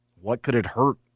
what-could-it-hurt